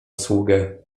sługę